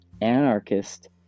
anarchist